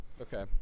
Okay